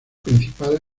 principal